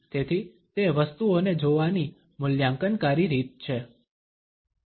તેથી તે વસ્તુઓને જોવાની મૂલ્યાંકનકારી રીત છે